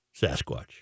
Sasquatch